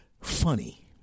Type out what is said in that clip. funny